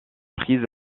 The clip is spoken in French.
prises